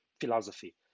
philosophy